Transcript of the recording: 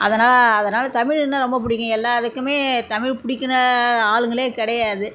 அதனாலே அதனாலே தமிழ் இன்னும் ரொம்ப பிடிக்கும் எல்லோருக்குமே தமிழ் பிடிக்குற ஆளுங்களே கிடையாது